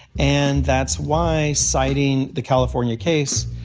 and that's why citing the california case,